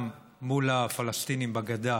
גם מול הפלסטינים בגדה